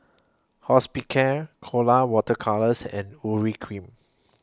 Hospicare Colora Water Colours and Urea Cream